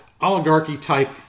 oligarchy-type